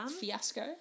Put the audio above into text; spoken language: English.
Fiasco